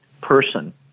person